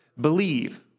Believe